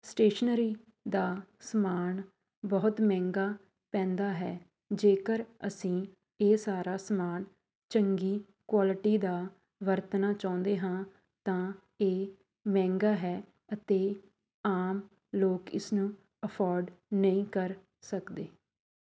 stationery ਦਾ ਸਮਾਨ ਬਹੁਤ ਮਹਿੰਗਾ ਪੈਂਦਾ ਹੈ ਜੇਕਰ ਅਸੀਂ ਇਹ ਸਾਰਾ ਸਮਾਨ ਚੰਗੀ ਕੁਆਲਿਟੀ ਦਾ ਵਰਤਣਾ ਚਾਹੁੰਦੇ ਹਾਂ ਤਾਂ ਇਹ ਮਹਿੰਗਾ ਹੈ ਅਤੇ ਆਮ ਲੋਕ ਇਸ ਨੂੰ ਅਫੋਰਡ ਨਹੀਂ ਕਰ ਸਕਦੇ